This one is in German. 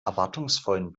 erwartungsvollen